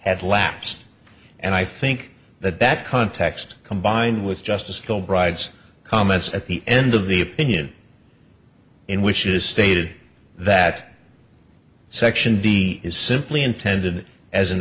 had lapsed and i think that that context combined with just a still bride's comments at the end of the opinion in which it is stated that section b is simply intended as an